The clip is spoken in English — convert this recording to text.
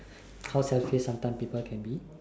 how selfish sometime people can be